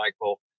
Michael